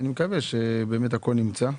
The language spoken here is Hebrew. אני מקווה שבאמת הכול נמצא.